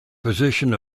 position